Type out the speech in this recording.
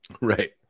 Right